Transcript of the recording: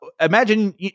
imagine